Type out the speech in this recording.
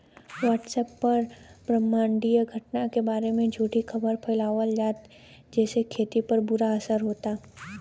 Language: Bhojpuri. व्हाट्सएप पर ब्रह्माण्डीय घटना के बारे में झूठी खबर फैलावल जाता जेसे खेती पर बुरा असर होता